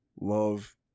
love